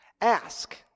Ask